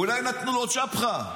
אולי נתנו לו צ'פחה,